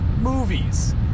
movies